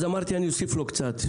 אז אמרתי, אני אוסיף לו קצת.